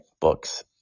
books